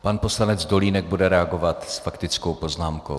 Pan poslanec Dolínek bude reagovat s faktickou poznámkou.